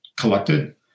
collected